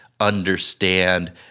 understand